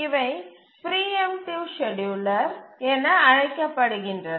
இவை பிரீஎம்ட்டிவ் ஸ்கேட்யூலர்கள் என அழைக்கப்படுகின்றன